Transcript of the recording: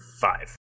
five